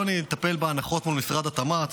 יוני יטפל בהנחות מול משרד התמ"ת.